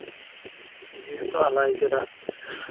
ᱡᱤᱣᱤ ᱠᱚ ᱟᱞᱟᱭ ᱠᱮᱫᱟ